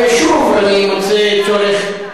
אני חשבתי רווחה,